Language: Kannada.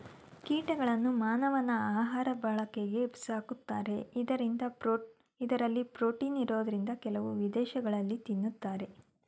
ಕೀಟಗಳನ್ನ ಮಾನವನ ಆಹಾಋ ಬಳಕೆಗೆ ಸಾಕ್ತಾರೆ ಇಂದರಲ್ಲಿ ಪ್ರೋಟೀನ್ ಇರೋದ್ರಿಂದ ಕೆಲವು ವಿದೇಶಗಳಲ್ಲಿ ತಿನ್ನತಾರೆ